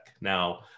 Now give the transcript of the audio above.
Now